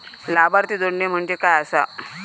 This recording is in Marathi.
लाभार्थी जोडणे म्हणजे काय आसा?